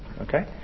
okay